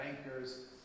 bankers